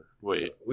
Wait